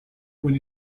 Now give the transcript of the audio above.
when